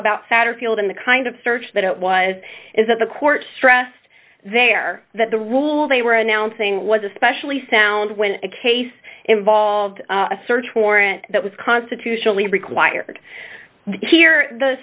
about satterfield in the kind of search that it was is that the court stressed there that the rule they were announcing was especially sound when a case involved a search warrant that was constitutionally required here the